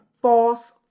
false